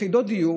מאות יחידות דיור